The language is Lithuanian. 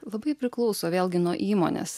labai priklauso vėlgi nuo įmonės